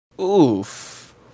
Oof